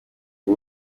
iya